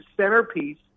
centerpiece